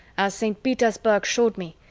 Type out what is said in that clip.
as saint petersburg showed me,